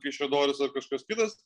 kaišiadorys ar kažkas kitas